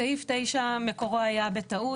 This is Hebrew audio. סעיף 9 מקורו היה בטעות.